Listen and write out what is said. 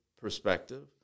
perspective